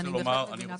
ואני בהחלט מבינה.